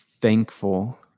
Thankful